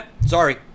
sorry